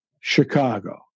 Chicago